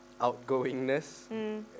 Outgoingness